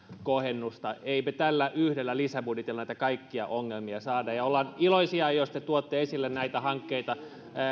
kohennusta eipä tällä yhdellä lisäbudjetilla näitä kaikkia ongelmia saada poistettua ja olemme iloisia jos te tuotte esille näitä hankkeita